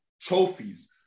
trophies